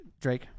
Drake